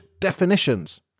definitions